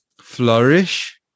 flourish